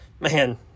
Man